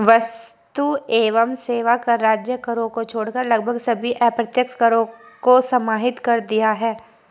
वस्तु एवं सेवा कर राज्य करों को छोड़कर लगभग सभी अप्रत्यक्ष करों को समाहित कर दिया है